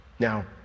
Now